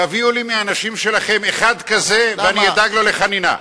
תביאו מהאנשים שלכם אחד כזה ואני אדאג לו לחנינה.